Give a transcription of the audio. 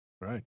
right